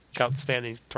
outstanding